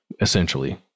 essentially